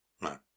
No